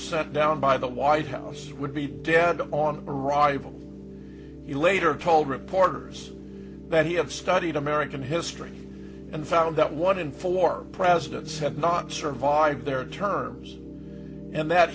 sent down by the white house would be dead on arrival he later told reporters that he have studied american history and found that one in four presidents had not survived their terms and that